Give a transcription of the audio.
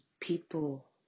people